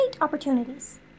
opportunities